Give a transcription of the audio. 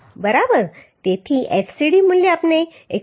તેથી fcd મૂલ્ય આપણે 147